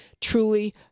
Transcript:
Truly